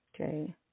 Okay